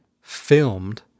filmed